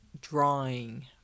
drawing